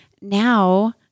now